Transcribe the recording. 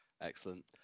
Excellent